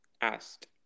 asked